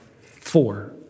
four